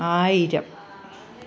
ആയിരം